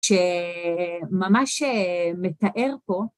שממש מתאר פה...